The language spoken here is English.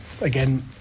again